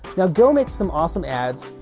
now go make some awesome ads,